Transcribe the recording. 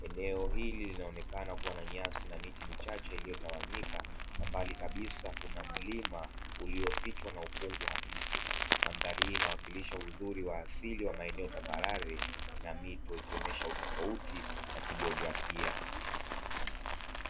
Eneo hili linaonekana kuwa na nyasi na miti michache iliyotawanyika kwa mbali kabisa kuna mlima uliofichwa na ukungu hafifu. Mandhari hii inawakilisha uzuri wa asili wa maeneo tambarare na mito ikionyesha utofauti wa kijiografia.